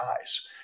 eyes